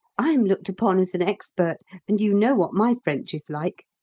i am looked upon as an expert, and you know what my french is like!